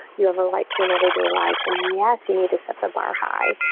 you have a light to in everyday life. and yes, you need to set the bar high.